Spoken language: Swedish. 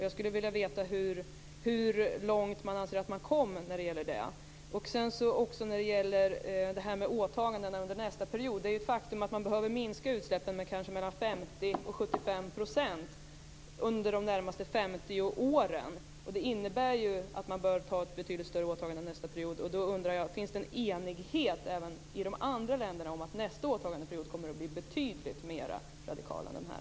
Jag skulle vilja veta hur långt man anser att man kom i det avseendet. Vad gäller åtagandena under nästa period är det ett faktum att man behöver minska utsläppen med kanske mellan 50 och 75 % under de närmaste 50 åren. Det innebär att man bör ha ett betydligt större åtagande för de kommande tre åren. Jag undrar om det finns någon enighet bland de andra länderna om att nästa åtagandeperiod kommer att bli betydligt mera radikal än den här.